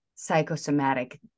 psychosomatic